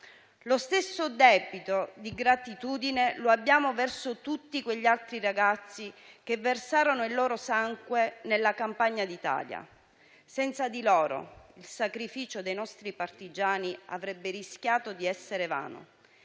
Lo stesso debito di gratitudine lo abbiamo verso tutti quegli altri ragazzi che versarono il loro sangue nella campagna d'Italia. Senza di loro, il sacrificio dei nostri partigiani avrebbe rischiato di essere vano.